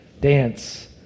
dance